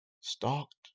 stalked